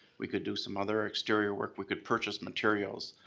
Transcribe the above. we could do some other exterior work, we could purchase materials.